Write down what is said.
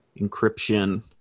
encryption